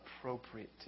appropriate